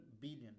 billion